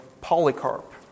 Polycarp